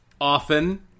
often